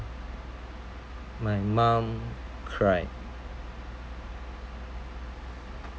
my mom cried